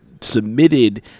submitted